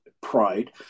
pride